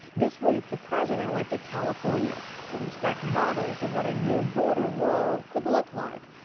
this week, the president went to california to inspect models of what a new border wall could look like.